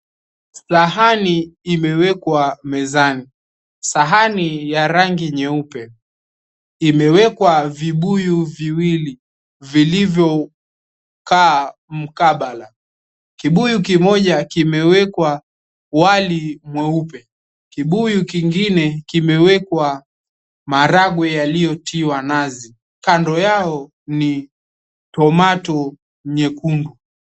Sahani imewekwa mezani, sahani ya rangi nyeupe imewekwa vibuyu viwili vilivyokaa mkabala, kibuyu kimoja kimewekwa wali mweupe, kibuyu kingine kimewekwa maharagwe yaliyotiwa nazi kando yao ni tomato nyekundu.